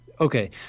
Okay